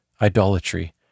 idolatry